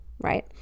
right